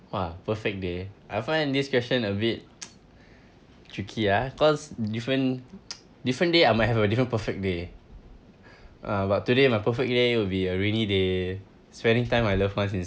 !wah! perfect day I find this question a bit tricky ah cause different different day I might have a different perfect day uh but today my perfect day will be a rainy day spending time my loved ones